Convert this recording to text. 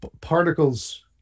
particles